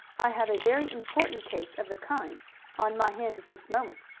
i have a very important case of the kind on my hands at this moment.